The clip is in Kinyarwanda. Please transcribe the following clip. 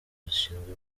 zishinzwe